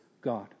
God